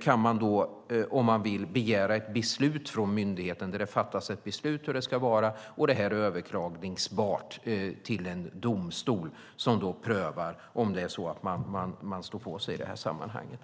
kan dock stå på sig och begära ett beslut från myndigheten som går att överklaga i en domstol som prövar saken.